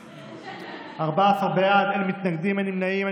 14 בעד, אין מתנגדים, אין נמנעים.